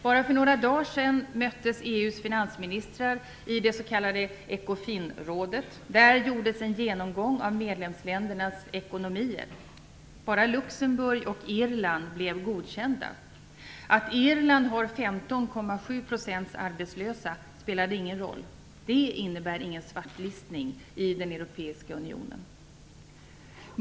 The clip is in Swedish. Bara för några dagar sedan möttes EU:s finansministrar i det s.k. Ecofinrådet. Där gjordes en genomgång av medlemsländernas ekonomier. Bara Luxemburg och Irland blev godkända. Att Irland har 15,7 % arbetslösa spelade ingen roll. Det innebär ingen svartlistning i den europeiska unionen.